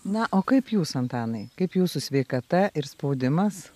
na o kaip jūs antanai kaip jūsų sveikata ir spaudimas